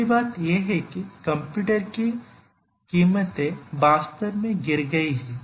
पहली बात यह है कि कंप्यूटर की कीमतें वास्तव में गिर गई हैं